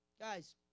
Guys